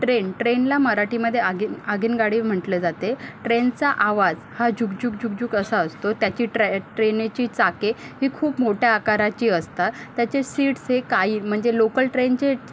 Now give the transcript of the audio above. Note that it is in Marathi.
ट्रेन ट्रेनला मराठीमध्ये आगीन आगीनगाडी म्हटले जाते ट्रेनचा आवाज हा झुकझुक झुकझुक असा असतो त्याची ट्रॅ ट्रेनेची चाके ही खूप मोठ्या आकाराची असतात त्याची सीट्स हे काही म्हणजे लोकल ट्रेनचे